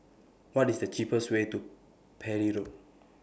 What IS The cheapest Way to Parry Road